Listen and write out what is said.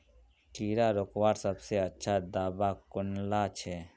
कीड़ा रोकवार सबसे अच्छा दाबा कुनला छे?